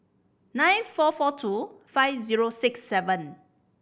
nine four four two five zero six seven